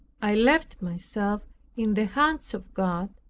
i left myself in the hands of god,